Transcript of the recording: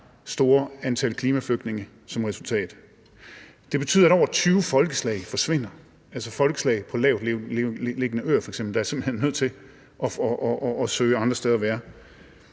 stort antal klimaflygtninge som resultat. Det betyder, at over 20 folkeslag forsvinder, altså f.eks. folkeslag, der bor på lavtliggende øer, som simpelt hen er nødt til at søge andre steder hen.